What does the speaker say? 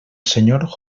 senyor